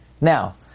Now